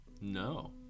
No